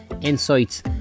insights